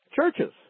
churches